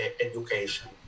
education